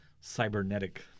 cybernetic